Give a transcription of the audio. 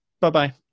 Bye-bye